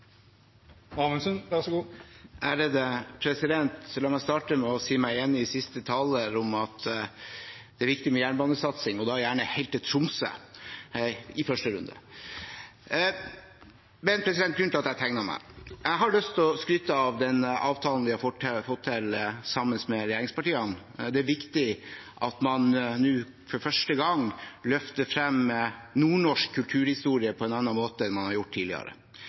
da gjerne helt til Tromsø – i første runde. Men til grunnen til at jeg tegnet meg: Jeg har lyst til å skryte av den avtalen vi har fått til sammen med regjeringspartiene. Det er viktig at man nå for første gang løfter frem nordnorsk kulturhistorie på en annen måte enn man har gjort tidligere.